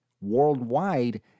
Worldwide